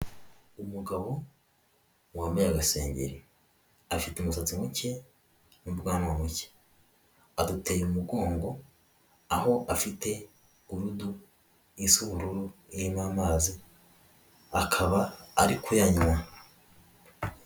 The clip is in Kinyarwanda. Umugabo wambaye agasengeri afite umusatsi muke n'ubwanwa buke, aduteye umugongo aho afite gurudo isa ubururu irimo amazi akaba ari kuyanywa.